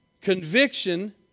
Conviction